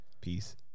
Peace